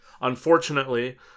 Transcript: Unfortunately